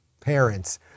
parents